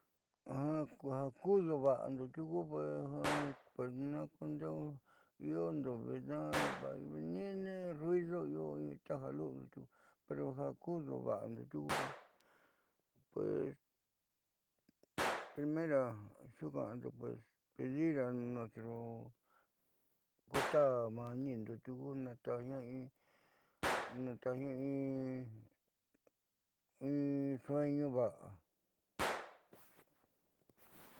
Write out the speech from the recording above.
Ja kuudu va'ando tiuku iondo meeniinne ruido taja luliu tiuku pues primero xuuka'ando pues pedir a nuestro kutata maanindo na tajñaa in sueño va'a.